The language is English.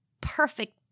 perfect